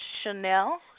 Chanel